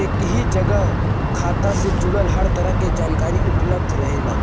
एक ही जगह खाता से जुड़ल हर तरह क जानकारी उपलब्ध रहेला